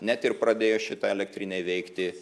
net ir pradėjus šitai elektrinei veikti